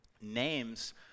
names